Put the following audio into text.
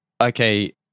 okay